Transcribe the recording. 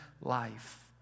life